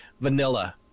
vanilla